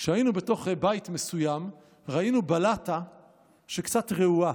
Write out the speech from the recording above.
כשהיינו בתוך בית מסוים ראינו בלטה קצת רעועה.